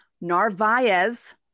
Narvaez